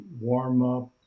warm-up